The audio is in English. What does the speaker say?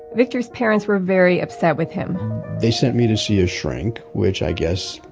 victor's parents were very upset with him they sent me to see a shrink, which i guess,